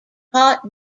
caught